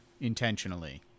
intentionally